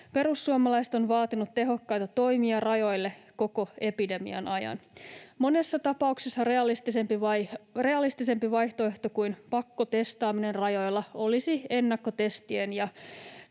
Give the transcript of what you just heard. Perussuomalaiset ovat vaatineet tehokkaita toimia rajoille koko epidemian ajan. Monessa tapauksessa realistisempi vaihtoehto kuin pakkotestaaminen rajoilla olisi ennakkotestien ja